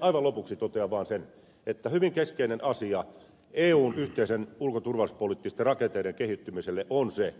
aivan lopuksi totean vaan sen että hyvin keskeinen asia eun yhteisten ulko ja turvallisuuspoliittisten rakenteiden kehittymisessä on se